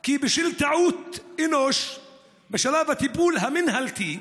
כי בשל טעות אנוש בשלב הטיפול המינהלתי,